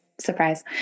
Surprise